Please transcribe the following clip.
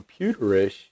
computerish